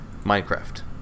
Minecraft